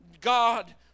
God